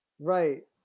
right